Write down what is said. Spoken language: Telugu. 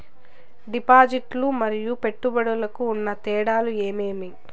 డిపాజిట్లు లు మరియు పెట్టుబడులకు ఉన్న తేడాలు ఏమేమీ?